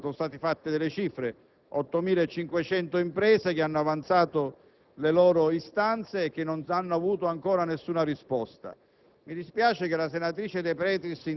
il mondo imprenditoriale italiano. Sono state fatte delle cifre: 8.500 imprese hanno avanzato le loro istanze e non hanno avuto ancora nessuna risposta.